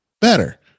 better